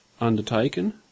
undertaken